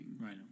Right